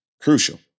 Crucial